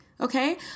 okay